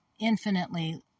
infinitely